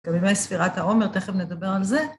גם ימי ספירת העומר, תיכף נדבר על זה.